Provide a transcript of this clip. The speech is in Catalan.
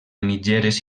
mitgeres